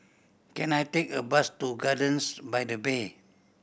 can I take a bus to Gardens by the Bay